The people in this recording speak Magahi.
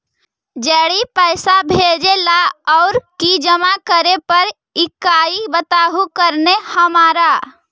जड़ी पैसा भेजे ला और की जमा करे पर हक्काई बताहु करने हमारा?